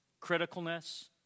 criticalness